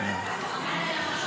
שנייה.